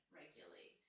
regularly